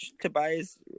Tobias